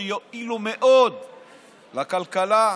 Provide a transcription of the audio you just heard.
שיועילו מאוד לכלכלה,